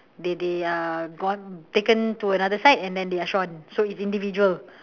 they they are gone taken to another site and then they are shorn so it's individual